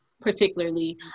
particularly